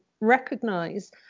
recognise